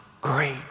great